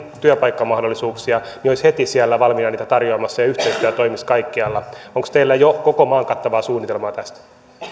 työpaikkamahdollisuuksia olisi heti siellä valmiina niitä tarjoamassa ja yhteistyö toimisi kaikkialla onko teillä jo koko maan kattavaa suunnitelmaa tästä